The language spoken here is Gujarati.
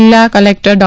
જિલ્લા કલેકટર ડો